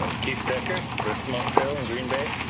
ah keith decker, bristol mountain trail in green bay.